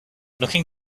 looking